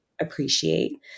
appreciate